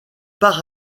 par